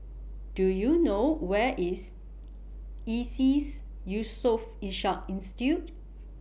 Do YOU know Where IS ISEAS Yusof Ishak Institute